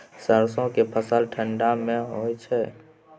सरसो के फसल ठंडा मे होय छै?